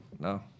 No